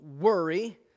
worry